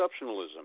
exceptionalism